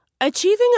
Achieving